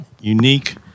unique